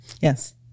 Yes